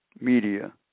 media